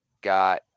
got